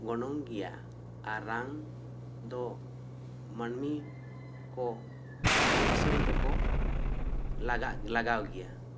ᱜᱚᱱᱚᱝ ᱜᱮᱭᱟ ᱟᱨ ᱨᱟᱱ ᱫᱚ ᱢᱟᱹᱱᱢᱤ ᱠᱚ ᱨᱩᱣᱟᱹ ᱦᱟᱥᱩᱜ ᱨᱮᱫᱚ ᱠᱚ ᱞᱟᱜᱟᱜ ᱞᱟᱜᱟᱣ ᱜᱮᱭᱟ